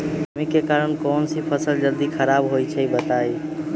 नमी के कारन कौन स फसल जल्दी खराब होई छई बताई?